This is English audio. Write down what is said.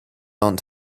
aren’t